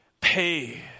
pay